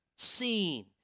Seen